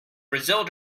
brazil